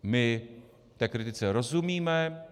My té kritice rozumíme.